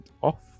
off